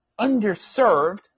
underserved